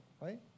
right